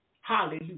Hallelujah